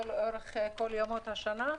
לא מתחתנים לאורך כל ימות השנה,